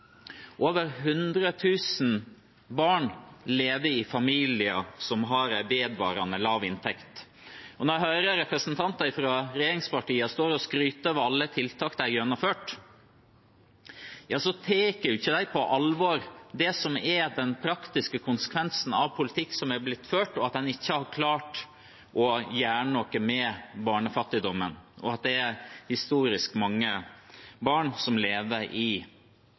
Over 100 000 barn lever i familier som har en vedvarende lav inntekt. Når jeg hører representanter fra regjeringspartiene stå og skryte av alle tiltakene de har gjennomført, tar de ikke på alvor den praktiske konsekvensen av politikken som er blitt ført – at en ikke har klart å gjøre noe med barnefattigdommen, og at det er historisk mange barn som lever i